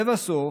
לבסוף,